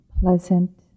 pleasant